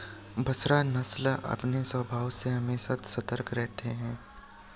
बसरा नस्ल अपने स्वभाव से हमेशा सतर्क रहता है